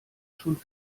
schon